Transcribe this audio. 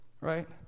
right